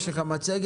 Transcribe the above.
יש לך מצגת.